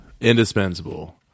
indispensable